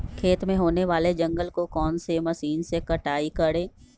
खेत में होने वाले जंगल को कौन से मशीन से कटाई करें?